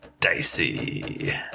dicey